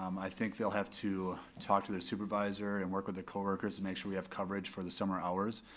um i think they'll have to talk to their supervisor and work with their coworkers and make sure we have coverage for the summer hours.